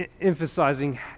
emphasizing